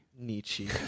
Nietzsche